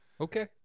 Okay